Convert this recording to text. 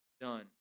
done